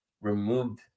removed